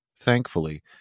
thankfully